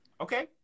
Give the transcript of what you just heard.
Okay